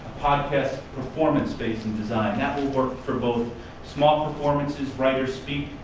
podcast performance space and design, that will work for both small performances, writers speak,